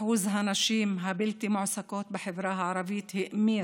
אחוז הנשים הבלתי-מועסקות בחברה הערבית האמיר,